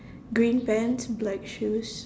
green pants black shoes